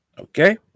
okay